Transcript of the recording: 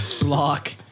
block